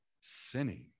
sinning